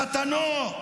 חתנו,